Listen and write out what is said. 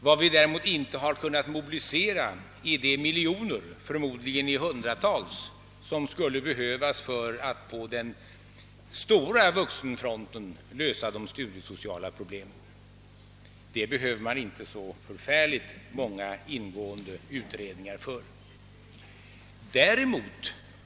Vad vi däremot inte har kunnat mobilisera är de miljoner — förmodligen hundratals — som skulle behövas för att på vuxenfronten lösa de studiesociala problemen. Det behöver man inte så särskilt ingående utredningar för att förstå.